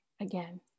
again